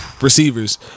receivers